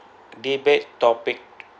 debate topic